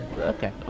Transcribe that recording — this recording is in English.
Okay